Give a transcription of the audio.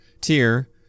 tier